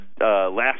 Last